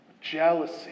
Jealousy